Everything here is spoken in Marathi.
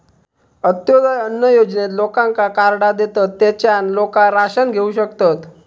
अंत्योदय अन्न योजनेत लोकांका कार्डा देतत, तेच्यान लोका राशन घेऊ शकतत